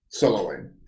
Soloing